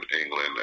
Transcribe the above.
England